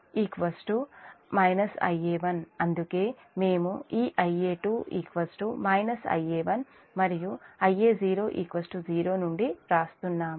అందుకే మేము ఈ Ia2 Ia1 మరియు Ia0 0 నుండి వ్రాస్తున్నాము